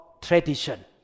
tradition